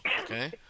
okay